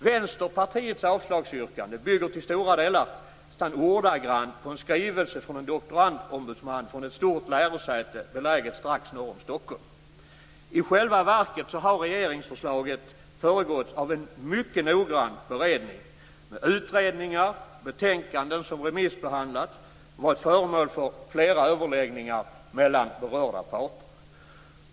Vänsterpartiets avslagsyrkande bygger till stora delar nästan ordagrant på en skrivelse från en doktorandombudsman från ett stort lärosäte beläget strax norr om Stockholm. I själva verket har regeringsförslaget föregåtts av en mycket noggrann beredning med utredningar och betänkanden som remissbehandlats och varit föremål för flera överläggningar mellan berörda parter.